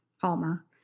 Palmer